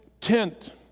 tent